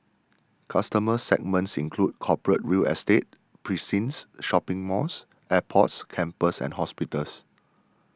customer segments include corporate real estate precincts shopping malls airports campuses and hospitals